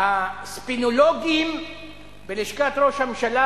הספינולוגים בלשכת ראש הממשלה,